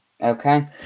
Okay